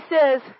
says